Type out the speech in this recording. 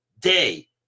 day